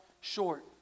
short